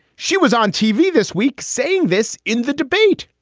she was on tv this week saying this in the debate.